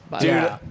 dude